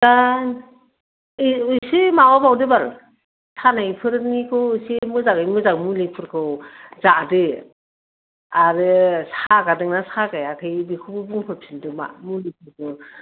दा एसे माबाबावदो बाल सानायफोरनिखौ एसे मोजाङै मोजां मुलिफोरखौ जादो आरो सागादोंना सागायाखै बेखौबो बुंहरफिनदोमा मुलिफोरखौ